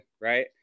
Right